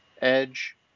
edge